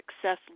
success